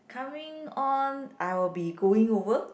coming on I will be going over